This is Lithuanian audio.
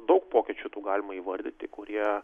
daug pokyčių tų galima įvardyti kurie